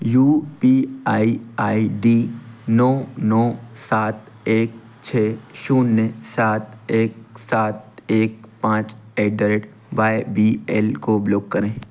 you P I I D नौ नौ सात एक छः शून्य सात एक सात एक पाँच at the rate Y B L को ब्लॉक करें